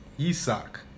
Isaac